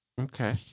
Okay